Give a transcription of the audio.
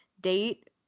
date